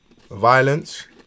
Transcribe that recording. violence